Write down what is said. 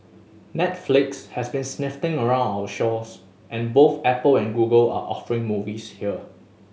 Netflix has been sniffing around our shores and both Apple and Google are offering movies here